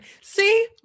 See